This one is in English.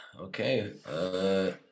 okay